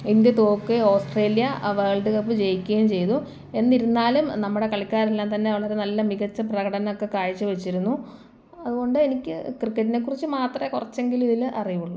India തോൽക്കുകയും Australia world cup ജയിക്കയും ചെയ്തു എന്ന് ഇരുന്നാലും നമ്മുടെ കളിക്കാരെല്ലാം തന്നെ വളരെ നല്ല മികച്ച പ്രകടനമൊക്കെ കാഴ്ചവെച്ചിരുന്നു അതുകൊണ്ട് എനിക്ക് ക്രിക്കറ്റിനെ കുറിച്ച് മാത്രമേ കുറച്ചെങ്കിലും ഇതിൽ അറിവുള്ളു